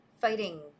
fighting